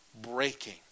breaking